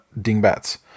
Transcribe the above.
Dingbats